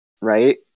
Right